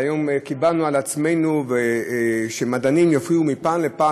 והיום קיבלנו על עצמנו שמדענים יופיעו מפעם לפעם